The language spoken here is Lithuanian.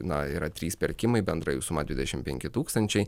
na yra trys pirkimai bendra jų suma dvidešim penki tūkstančiai